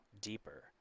deeper